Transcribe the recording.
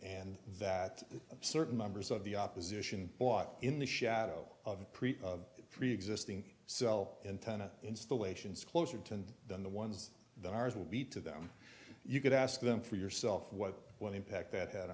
and that certain members of the opposition bought in the shadow of preexisting so antenna installations closer to than the ones that ours would be to them you could ask them for yourself what what impact that had